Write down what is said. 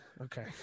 okay